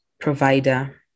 provider